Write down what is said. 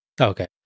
Okay